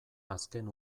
azken